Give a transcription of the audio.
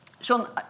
Sean